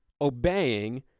obeying